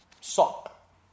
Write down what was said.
Sock